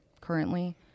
currently